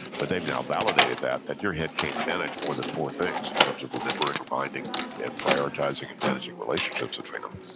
but they have now validated that, that your head can't manage more than four things in terms of remembering or minding and prioritizing and managing relationships between them.